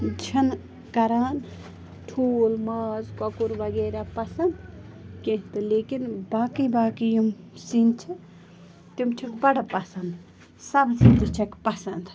چھِنہٕ کَران ٹھوٗل ماز کۄکُر وغیرہ پَسَنٛد کیٚنٛہہ تہٕ لیکِن باقی باقی یِم سِنۍ چھِ تِم چھِکھ بَڑٕ پَسَنٛد سبزی تہِ چھَکھ پَسَنٛد